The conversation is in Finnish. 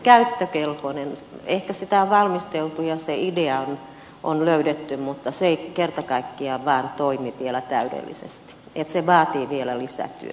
ehkä sitä on valmisteltu ja se idea on löydetty mutta se ei kerta kaikkiaan vaan toimi vielä täydellisesti se vaatii vielä lisätyötä